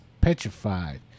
petrified